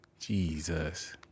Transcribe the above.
Jesus